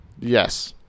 Yes